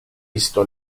visto